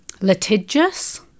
litigious